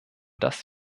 dass